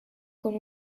con